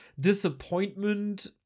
disappointment